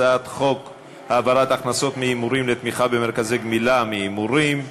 הצעת חוק העברת הכנסות מהימורים לתמיכה במרכזי גמילה מהימורים,